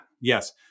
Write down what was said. yes